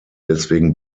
deswegen